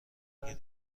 رنگ